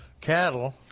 cattle